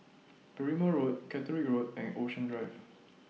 Berrima Road Catterick Road and Ocean Drive